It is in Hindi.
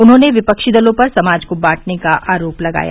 उन्होंने विपक्षी दलों पर समाज को बांटने का आरोप लगाया